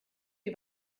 die